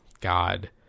God